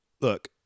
look